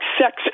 sex